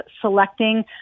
selecting